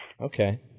Okay